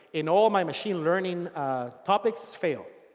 in all of my machine learning topics fail.